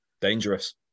Dangerous